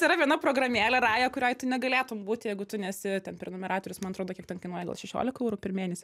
yra viena programėlė raja kurioj tu negalėtum būti jeigu tu nesi ten prenumeratorius man atrodo kiek ten kainuoja gal šešiolika eurų per mėnesį